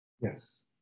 yes